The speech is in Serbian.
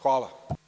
Hvala.